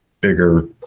bigger